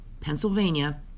Pennsylvania